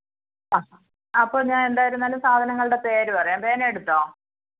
അ അപ്പം ഞാൻ എന്തായിരുന്നാലും സാധനങ്ങളുടെ പേര് പറയാം പേന എടുത്തോളൂ